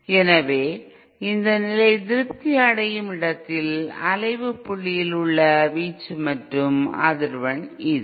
எனவே இந்த நிலை திருப்தி அடையும் இடத்தில் அலைவு புள்ளியில் உள்ள வீச்சு மற்றும் அதிர்வெண் இது